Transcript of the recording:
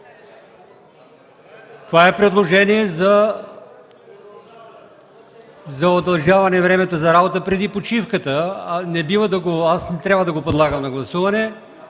Това е предложение за удължаване на времето за работа преди почивката – аз не трябва да го подлагам на гласуване.